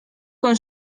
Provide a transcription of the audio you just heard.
con